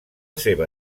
seva